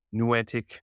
nuantic